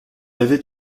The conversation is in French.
avait